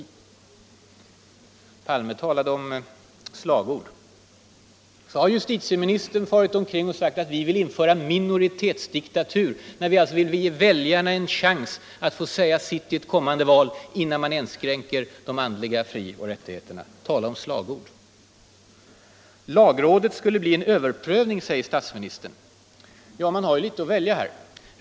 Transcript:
4 juni 1976 Herr Palme talade om slagord. Och så har justitieministern farit om kring och sagt att folkpartiet vill införa ”minoritetsdiktatur,” när vi vill Frioch rättigheter i ge väljarna en chans att få säga sitt i ett kommande val, innan man = grundlag inskränker de andliga frioch rättigheterna. Tala om slagord! Lagrådet skulle bli en ”överprövning”, sade statsministern. Ja, här måste man välja.